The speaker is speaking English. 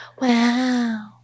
Wow